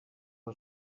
bwo